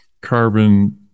carbon